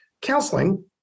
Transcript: counseling